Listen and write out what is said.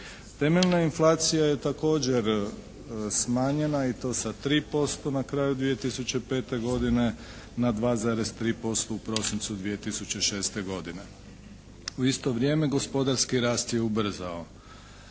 Temeljna inflacija je također smanjena i to sa 3% na kraju 2005. godine na 2,3% u prosincu 2006. godine. U isto vrijeme gospodarski rast je ubrzao